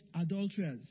adulterers